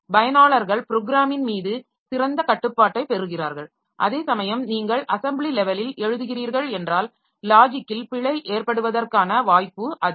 பயனாளர்கள் ப்ரோக்ராமின் மீது சிறந்த கட்டுப்பாட்டைப் பெறுகிறார்கள் அதேசமயம் நீங்கள் அசெம்பிளி லெவலில் எழுதுகிறீர்கள் என்றால் லாஜிக்கில் பிழை ஏற்படுவதற்கான வாய்ப்பு அதிகம்